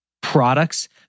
products